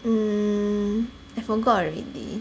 mm I forgot already